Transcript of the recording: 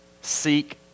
seek